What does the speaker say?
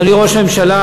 אדוני ראש הממשלה,